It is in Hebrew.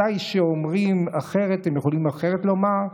מתי שאומרים אחרת, הם יכולים אחרת לומר.